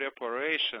preparation